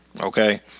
okay